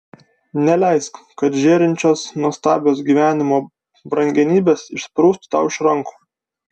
neleisk kad žėrinčios nuostabios gyvenimo brangenybės išsprūstų tau iš rankų